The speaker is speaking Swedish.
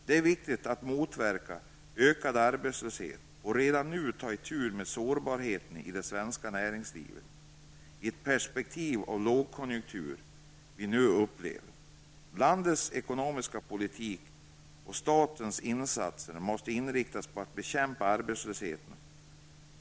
Det är viktigt att motverka ökad arbetslöshet och att redan nu ta itu med sårbarheten i det svenska näringslivet i perspektivet av den lågkonktur vi nu upplever. Landets ekonomiska politik och statens insatser måste inriktas på att bekämpa arbetslösheten.